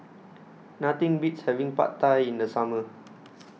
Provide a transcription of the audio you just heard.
Nothing Beats having Pad Thai in The Summer